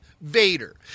Vader